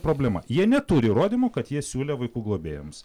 problema jie neturi įrodymų kad jie siūlė vaikų globėjams